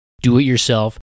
do-it-yourself